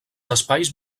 espais